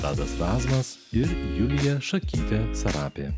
tadas razmas ir julija šakytė sarapė